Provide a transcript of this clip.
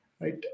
right